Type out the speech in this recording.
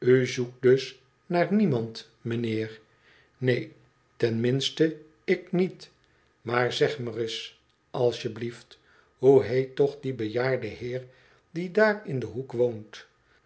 dus naar niemand m'nheer neen ten minste ik niet maar zeg me reis asjeblieft hoe heet toch die bejaarde heer die daar in den hoek woont